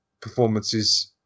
performances